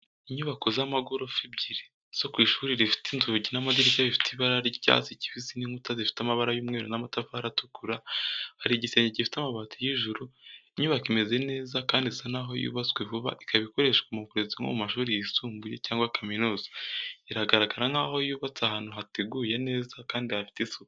Inyubako z'amagorofa ebyiri zo ku ishuri rifite inzugi n'amadirishya bifite ibara ry'icyatsi kibisi n’inkuta zifite amabara y'umweru n’amatafari atukura. Hari igisenge gifite amabati y’ijuru. Inyubako imeze neza kandi isa naho yubatswe vuba ikaba ikoreshwa mu burezi nko mu mashuri yisumbuye cyangwa kaminuza. Iragaragara nkaho yubatse ahantu hateguye neza kandi hafite isuku.